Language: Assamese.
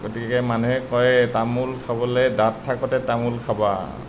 গতিকে মানুহে কয়েই তামোল খাবলে দাঁত থাকোতেই তামোল খাবা